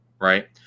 right